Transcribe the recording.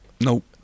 Nope